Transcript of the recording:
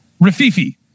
Rafifi